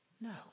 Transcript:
No